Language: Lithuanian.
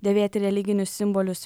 dėvėti religinius simbolius